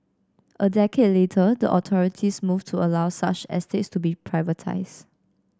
a decade later the authorities moved to allow such estates to be privatised